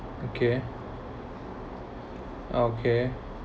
okay okay